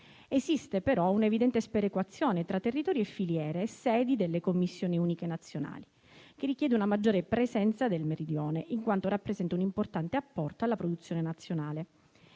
Esiste però un evidente sperequazione tra territori e filiere e sedi delle commissioni uniche nazionali, che richiede una maggiore presenza del Meridione, in quanto rappresenta un importante apporto alla produzione nazionale.